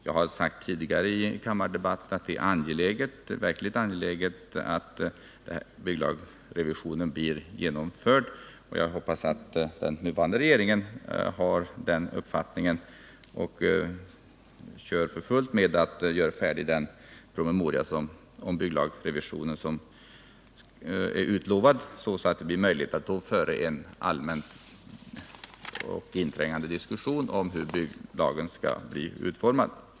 Jag har sagt tidigare i en kammardebatt att det är verkligt angeläget att bygglagrevisionen blir genomförd, och jag hoppas att den nuvarande regeringen också har den uppfattningen och kör för fullt med att färdigställa den promemoria om bygglagrevisionen som är utlovad, så att det blir möjligt att föra en allmän och inträngande diskussion om hur bygglagen skall bli utformad.